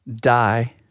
Die